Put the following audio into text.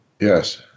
Yes